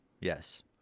Yes